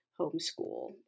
homeschool